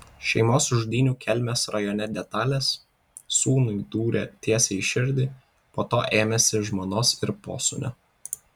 šeimos žudynių kelmės rajone detalės sūnui dūrė tiesiai į širdį po to ėmėsi žmonos ir posūnio